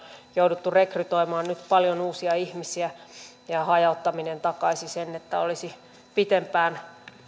jouduttu rekrytoimaan nyt paljon uusia ihmisiä ja hajauttaminen takaisi sen että olisi pitempään